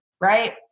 right